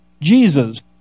Jesus